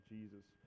Jesus